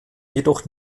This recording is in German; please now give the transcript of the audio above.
jedoch